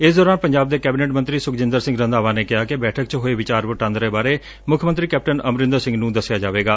ਇਸ ਦੌਰਾਨ ਪੰਜਾਬ ਦੇ ਕੈਬਨਿਟ ਮੰਤਰੀ ਸੁਖਜਿੰਦਰ ਸਿੰਘ ਰੰਧਾਵਾ ਨੇ ਕਿਹਾ ਕਿ ਬੈਠਕ ਚ ਹੋਏ ਵਿਚਾਰ ਵਟਾਂਦਰੇ ਬਾਰੇ ਮੁੱਖ ਮੰਤਰੀ ਕੈਪਟਨ ਅਮਰਿੰਦਰ ਸਿੰਘ ਨੂੰ ਦਸਿਆ ਜਾਵੇਗਾ